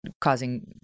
causing